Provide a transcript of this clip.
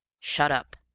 shut up,